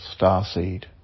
starseed